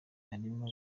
harimo